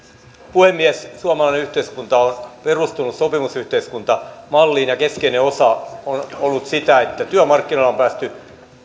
puhemies suomalainen yhteiskunta on perustunut sopimusyhteiskuntamalliin ja keskeinen osa sitä on ollut se että työmarkkinoilla on päästy